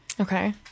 Okay